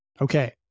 Okay